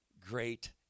great